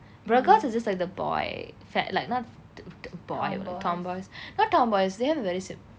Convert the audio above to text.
bruh girls it's just like the boy fad~ like not to~ to~ boy tomboys not tomboys they have very sep~